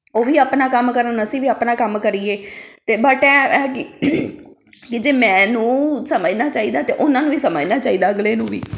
ਉਹੀ ਆਪਣਾ ਕੰਮ ਕਰਨ ਅਸੀਂ ਵੀ ਆਪਣਾ ਕੰਮ ਕਰੀਏ ਅਤੇ ਬਟ ਇਹ ਹੈ ਕਿ ਜੇ ਮੈਨੂੰ ਸਮਝਣਾ ਚਾਹੀਦਾ ਤਾਂ ਉਹਨਾਂ ਨੂੰ ਵੀ ਸਮਝਣਾ ਚਾਹੀਦਾ ਅਗਲੇ ਨੂੰ ਵੀ